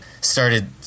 started